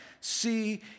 See